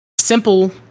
simple